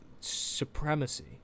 supremacy